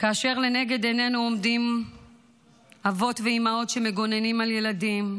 כאשר לנגד עינינו עומדים אבות ואימהות שמגוננים על ילדים,